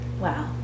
Wow